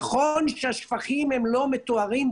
נכון שהשפכים לא מטוהרים,